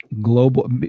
Global